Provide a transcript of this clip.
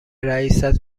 رئیست